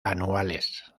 anuales